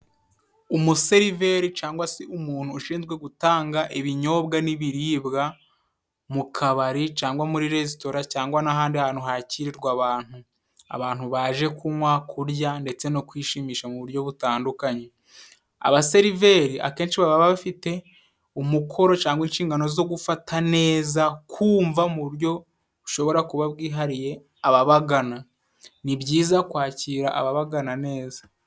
Umuseriveri cangwa se umuntu ushinzwe gutanga ibinyobwa n'ibiribwa mu kabari, cyangwa muri resitora cyangwa n'ahandi hantu hakirirwa abantu, abantu baje kunywa kurya ndetse no kwishimisha mu buryo butandukanye. Abaseriveri akenshi baba bafite umukoro cyangwa inshingano zo gufata neza, kumva mu buryo bushobora kuba bwihariye ababagana, ni byiza kwakira ababagana neza.